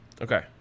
Okay